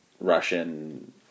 Russian